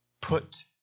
put